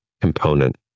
component